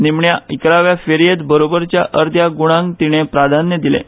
निमाण्या इकरावे फेरयेंत बरोबरच्या अर्द्या गुणांक तिणें प्राधान्य दिलें